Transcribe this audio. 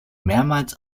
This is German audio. mehrmals